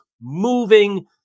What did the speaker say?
moving